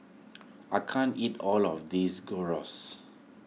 I can't eat all of this Gyros